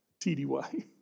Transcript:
TDY